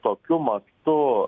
tokiu mastu